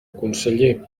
conseller